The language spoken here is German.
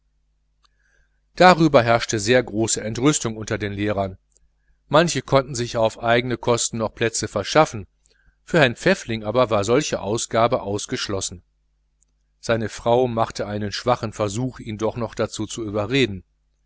darüber herrschte große entrüstung unter den kollegen manche konnten sich ja auf eigene kosten noch plätze verschaffen für herrn pfäffling war solch eine ausgabe ausgeschlossen seine frau machte einen schwachen versuch ihn doch dazu zu überreden